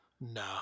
no